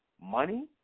Money